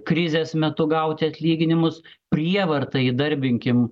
krizės metu gauti atlyginimus prievarta įdarbinkim